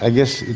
ah yes,